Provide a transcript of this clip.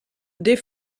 des